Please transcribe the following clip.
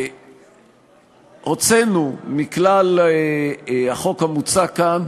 הוצאנו מכלל החוק המוצע כאן